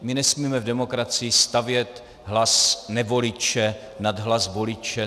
My nesmíme v demokracii stavět hlas nevoliče nad hlas voliče.